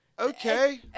Okay